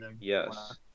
yes